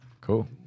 cool